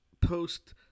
post